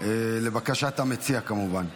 לבקשת המציע, כמובן.